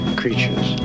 creatures